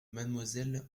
mademoiselle